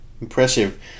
Impressive